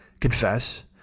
confess